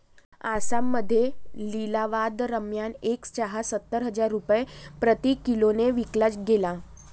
आसाममध्ये लिलावादरम्यान एक चहा सत्तर हजार रुपये प्रति किलोने विकला गेला